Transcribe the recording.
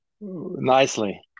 nicely